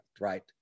right